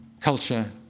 culture